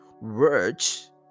words